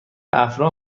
افرا